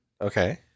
Okay